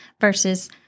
versus